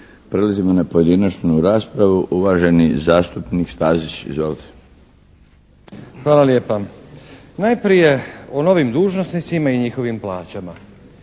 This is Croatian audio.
Prelazimo na pojedinačnu raspravu. Uvaženi zastupnik Stazić. Izvolite. **Stazić, Nenad (SDP)** Hvala lijepa. Najprije o novim dužnosnicima i njihovim plaćama.